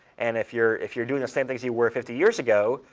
and if you're if you're doing the same things you were fifty years ago,